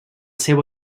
seu